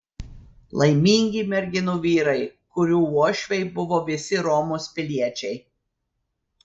laimingi merginų vyrai kurių uošviai buvo visi romos piliečiai